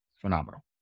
phenomenal